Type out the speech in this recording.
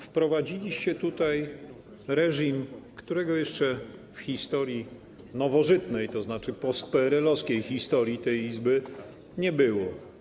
Wprowadziliście tutaj reżim, którego jeszcze w historii nowożytnej, tzn. postpeerelowskiej historii, tej Izby nie było.